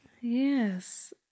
Yes